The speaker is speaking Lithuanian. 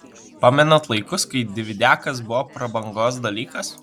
pamenat laikus kai dividiakas buvo prabangos dalykas